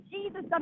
Jesus